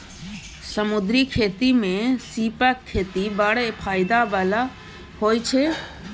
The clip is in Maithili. समुद्री खेती मे सीपक खेती बड़ फाएदा बला होइ छै